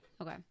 okay